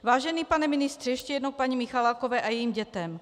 Vážený pane ministře, ještě jednou k paní Michalákové a jejím dětem.